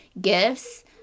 gifts